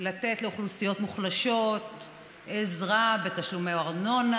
לתת לאוכלוסיות מוחלשות עזרה בתשלומי ארנונה,